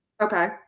Okay